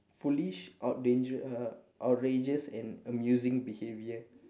foolish or dangerou~ uh outrageous and amusing behaviour